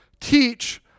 teach